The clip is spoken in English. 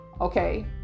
Okay